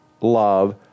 love